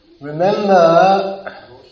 Remember